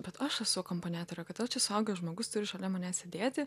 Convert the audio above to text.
bet aš esu akompaniatorė kodėl čia suaugęs žmogus turi šalia manęs sėdėti